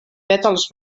pètals